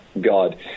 God